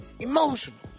Emotional